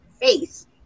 face